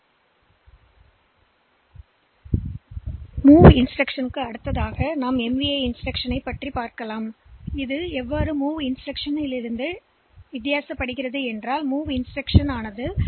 MOV இன்ஸ்டிரக்ஷன்பிறகு MVI instruction உடன் தொடர்புடைய நேர வரைபடத்தைப் பார்ப்போம் எனவே முந்தைய இன்ஸ்டிரக்ஷன் லிருந்து வேறுபட்டது MOV ஒரு பைட் இன்ஸ்டிரக்ஷன் அளவு 1 பைட்